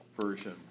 version